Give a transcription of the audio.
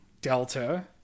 Delta